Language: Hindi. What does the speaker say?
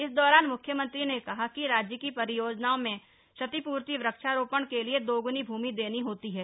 इस दौरान मुख्यमंत्री ने कहा कि राज्य की परियोजनाओं में क्षतिपूर्ति वृक्षारोपण के लिए दोगुनी भूमि देनी होती है